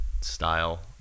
style